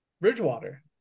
Bridgewater